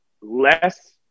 less